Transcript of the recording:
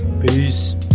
Peace